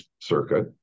circuit